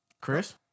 Chris